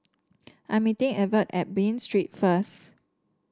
I'm meeting Evert at Bain Street first